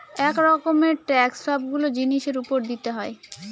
এক রকমের ট্যাক্স সবগুলো জিনিসের উপর দিতে হয়